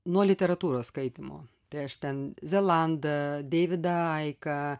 nuo literatūros skaitymo tai aš ten zelandą deividą aiką